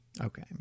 Okay